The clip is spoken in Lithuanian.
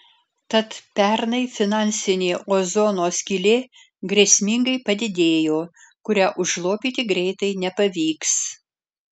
tad pernai finansinė ozono skylė grėsmingai padidėjo kurią užlopyti greitai nepavyks